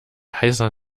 heißer